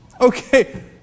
Okay